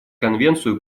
конвенцию